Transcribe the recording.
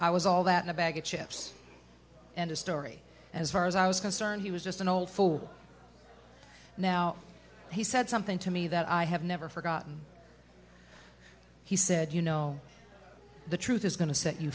i was all that in a bag of chips and a story as far as i was concerned he was just an old fool now he said something to me that i have never forgotten he said you know the truth is going to set you